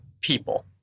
people